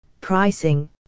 pricing